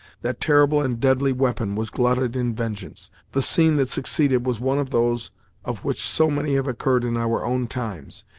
that terrible and deadly weapon was glutted in vengeance. the scene that succeeded was one of those of which so many have occurred in our own times,